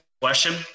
question